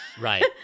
Right